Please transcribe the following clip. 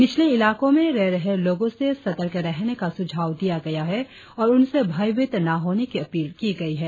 निचले इलाकों में रह रहे लोगों से सतर्क रहने का सुझाव दिया गया है और उनसे भयभीत न होने की अपील की गई है